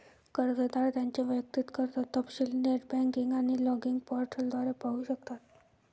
कर्जदार त्यांचे वैयक्तिक कर्ज तपशील नेट बँकिंग आणि लॉगिन पोर्टल द्वारे पाहू शकतात